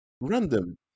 Random